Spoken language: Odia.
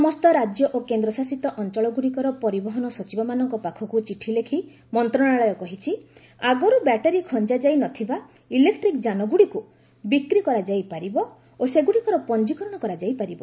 ସମସ୍ତ ରାଜ୍ୟ ଓ କେନ୍ଦ୍ରଶାସିତ ଅଞ୍ଚଳଗୁଡ଼ିକର ପରିବହନ ସଚିବମାନଙ୍କ ପାଖକୁ ଚିଠି ଲେଖି ମନ୍ତ୍ରଣାଳୟ କହିଛି ଆଗରୁ ବ୍ୟାଟେରି ଖଞ୍ଜାଯାଇ ନଥିବା ଇଲେକ୍ଟ୍ରିକ୍ ଯାନଗୁଡ଼ିକୁ ବିକ୍ରି କରାଯାଇ ପାରିବ ଓ ସେଗୁଡ଼ିକର ପଞ୍ଜିକରଣ କରାଯାଇ ପାରିବ